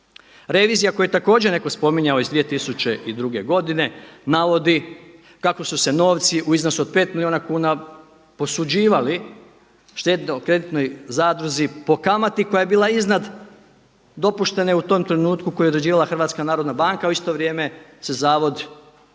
Revizija koju je također netko spominjao iz 2002. godine navodi kako su se novci u iznosu od 5 milijuna kuna posuđivali štedno-kreditnoj zadruzi po kamati koja je bila iznad dopuštene u tom trenutku, koju je određivala Hrvatska narodna banka, a u isto vrijeme se zavod zaduživao